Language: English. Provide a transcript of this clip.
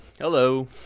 Hello